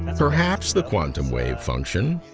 perhaps the quantum wave function,